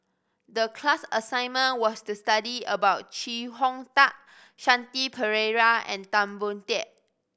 the class assignment was to study about Chee Hong Tat Shanti Pereira and Tan Boon Teik